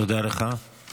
תודה לך.